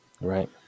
Right